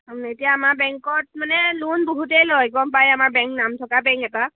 এতিয়া আমাৰ বেংকত মানে লোন বহুতেই লয় গম পায় আমাৰ বেংক নাম থকা বেংক এটা